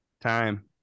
Time